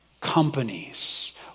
companies